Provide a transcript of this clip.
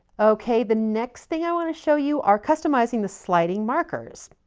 okay. the next thing i want to show you are customizing the sliding markers.